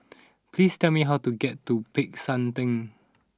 please tell me how to get to Peck San Theng